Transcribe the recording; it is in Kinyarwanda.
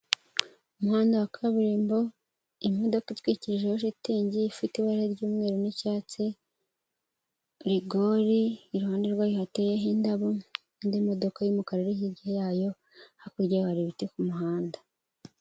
Umuhanda wa kaburimbo imodoka itwikirijeho shitingi ifite ibara ry'umweru n'icyatsi, rigori iruhande rwayo hateyeho indabo n'indi modoka y'umukara yayo, hakurya yayo hari ibiti ku muhanda.